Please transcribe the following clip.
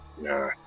Nah